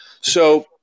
So-